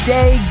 Day